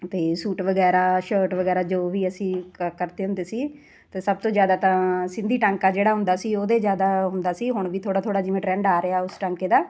ਅਤੇ ਸੂਟ ਵਗੈਰਾ ਸ਼ਰਟ ਵਗੈਰਾ ਜੋ ਵੀ ਅਸੀਂ ਕਰਦੇ ਹੁੰਦੇ ਸੀ ਅਤੇ ਸਭ ਤੋਂ ਜ਼ਿਆਦਾ ਤਾਂ ਸਿੰਧੀ ਟਾਂਕਾ ਜਿਹੜਾ ਹੁੰਦਾ ਸੀ ਉਹਦੇ ਜ਼ਿਆਦਾ ਹੁੰਦਾ ਸੀ ਹੁਣ ਵੀ ਥੋੜ੍ਹਾ ਥੋੜ੍ਹਾ ਜਿਵੇਂ ਟਰੈਂਡ ਆ ਰਿਹਾ ਉਸ ਟਾਂਕੇ ਦਾ